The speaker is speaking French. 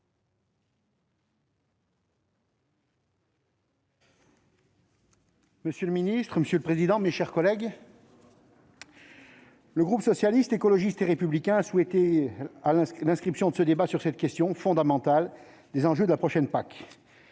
Monsieur le président, monsieur le ministre, mes chers collègues, le groupe Socialiste, Écologiste et Républicain a souhaité l'inscription de ce débat sur la question, fondamentale des enjeux de la prochaine